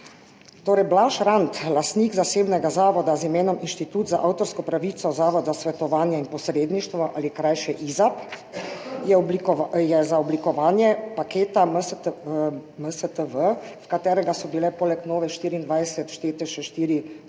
Torej, Blaž Rant, lastnik zasebnega zavoda z imenom Inštitut za avtorsko pravico Zavod za svetovanje in posredništvo ali krajše IZAP, je za oblikovanje paketa MSTV, v katerega so bile poleg Nove24 vštete še štiri